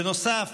בנוסף,